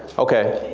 okay.